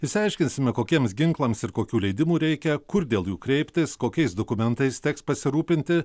išsiaiškinsime kokiems ginklams ir kokių leidimų reikia kur dėl jų kreiptis kokiais dokumentais teks pasirūpinti